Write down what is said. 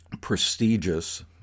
prestigious